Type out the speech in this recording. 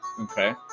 Okay